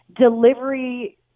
delivery